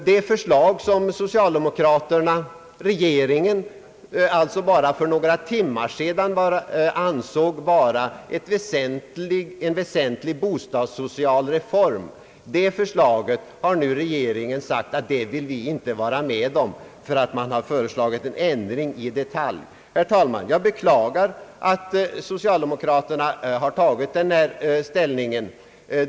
Det förslag som den socialdemokratiska regeringen bara för några timmar sedan ansåg innebära en väsentlig bostadssocial re form har regeringen nu sagt sig inte vilja vara med om, eftersom vi har föreslagit en ändring i en detalj. Herr talman! Jag beklagar att socialdemokraterna har intagit denna ställning.